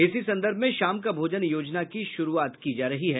इसी संदर्भ में शाम का भोजन योजना की शुरूआत की जा रही है